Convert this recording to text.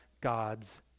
God's